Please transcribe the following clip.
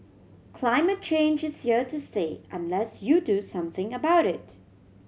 climate change is here to stay unless you do something about it